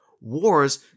Wars